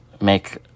make